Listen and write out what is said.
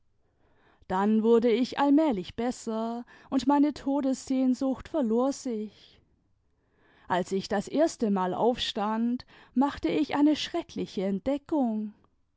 dann wurde ich allmählich besser und meine todessehnsucht verlor sich als ich das erstemal aufstand machte ich eine schreckliche entdeckung